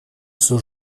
все